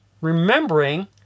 remembering